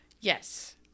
Yes